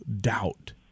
doubt